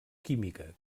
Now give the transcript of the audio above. química